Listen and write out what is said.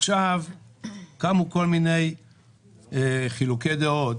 עכשיו קמו כל מיני חילוקי דעות,